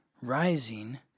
rising